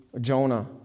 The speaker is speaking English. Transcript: jonah